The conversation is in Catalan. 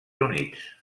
units